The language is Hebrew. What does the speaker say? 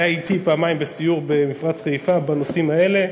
היה אתי פעמיים בסיור במפרץ חיפה בנושאים האלה,